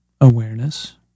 awareness